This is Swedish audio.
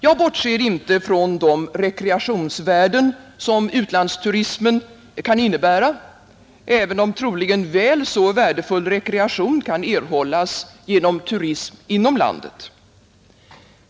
Jag bortser inte från de rekreationsvärden som utlandsturismen kan innebära, även om troligen väl så värdefull rekreation kan erhållas genom turism inom landet.